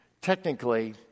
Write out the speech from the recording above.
Technically